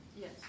Yes